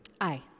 Aye